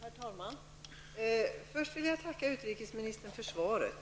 Herr talman! Först vill jag tacka utrikesministern för svaret.